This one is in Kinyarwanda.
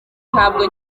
ntabwo